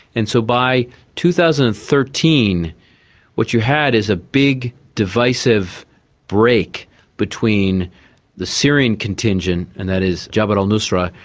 and so by two thousand and thirteen what you had is a big divisive break between the syrian contingent, and that is jabhat al-nusra,